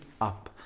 up